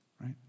right